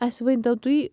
اَسہِ ؤنۍتو تُہۍ